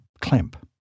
clamp